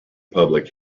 public